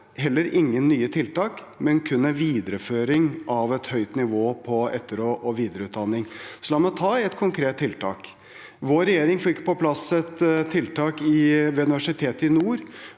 heller ingen nye tiltak, kun en videreføring av et høyt nivå på etter- og videreutdanning. La meg ta et konkret tiltak: Vår regjering fikk på plass et tiltak ved Nord universitetet, hvor